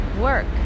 work